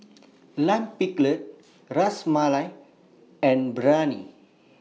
Lime Pickle Ras Malai and Biryani